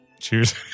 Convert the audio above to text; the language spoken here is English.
cheers